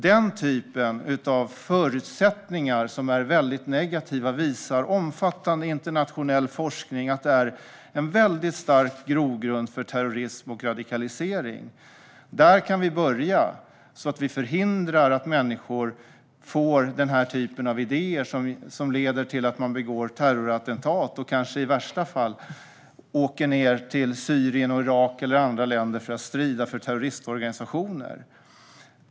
Omfattande internationell forskning visar att den typen av väldigt negativa förutsättningar är en stark grogrund för terrorism och radikalisering. Där kan vi börja så att vi förhindrar att människor får den här typen av idéer som leder till att de begår terrorattentat och kanske i värsta fall åker ned till Syrien, Irak eller andra länder för att strida för terroristorganisationer.